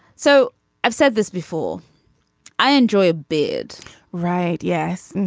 so i've said this before i enjoy a beard right. yes.